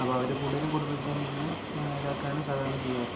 അപ്പം അവര് കൂടുതലും കുടുംബത്തില് ഇരുന്ന് ഇതാക്കുകയാണ് സാധാരണ ചെയ്യാറ്